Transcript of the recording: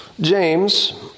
James